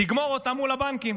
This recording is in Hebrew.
תגמור אותם מול הבנקים.